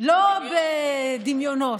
לא בדמיונות,